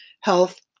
health